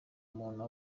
umuntu